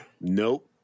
Nope